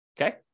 Okay